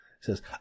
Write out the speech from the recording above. says